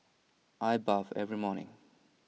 I bathe every morning